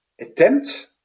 attempt